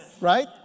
right